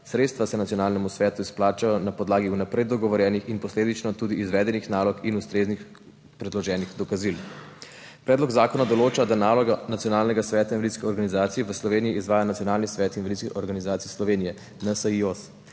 Sredstva se nacionalnemu svetu izplačajo na podlagi vnaprej dogovorjenih in posledično tudi izvedenih nalog in ustreznih predloženih dokazil. Predlog zakona določa, da naloge Nacionalnega sveta invalidskih organizacij v Sloveniji izvaja Nacionalni svet invalidskih organizacij Slovenije, NSIOS.